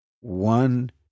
One